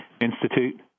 Institute